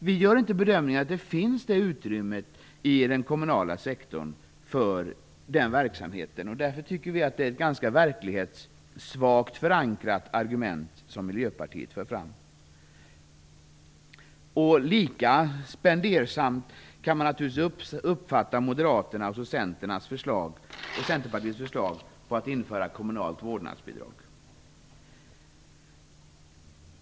Vi gör inte bedömningen att det finns utrymme för sådan verksamhet inom den kommunala sektorn, och vi tycker därför att de argument som Miljöpartiet för fram är ganska svagt verklighetsförankrade. Som lika spendersamt kan man uppfatta Moderaternas och Centerpartiets förslag på att införa kommunalt vårdnadsbidrag.